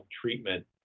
treatment